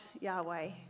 Yahweh